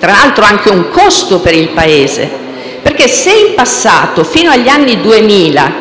rappresenta anche un costo per il Paese. Se, infatti, in passato, fino agli anni 2000,